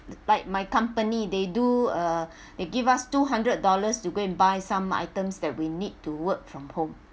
like my company they do uh they give us two hundred dollars to go and buy some items that we need to work from home